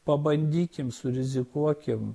pabandykim surizikuokim